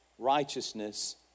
righteousness